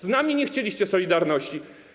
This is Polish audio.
Z nami nie chcieliście solidarności.